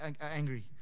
angry